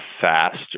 faster